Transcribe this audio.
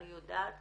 אני יודעת